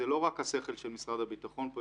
זה לא רק השכל של משרד הביטחון פה.